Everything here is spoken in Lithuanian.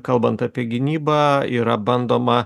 kalbant apie gynybą yra bandoma